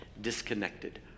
disconnected